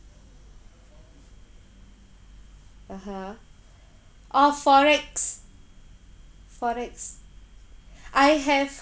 (uh huh) orh FOREX FOREX I have